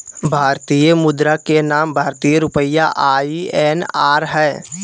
भारतीय मुद्रा के नाम भारतीय रुपया आई.एन.आर हइ